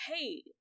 hey